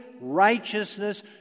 righteousness